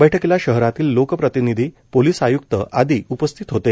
बैठकीला शहरातील लोकप्रतिनिधी पोलिस आय्क्त आदी उपस्थित होते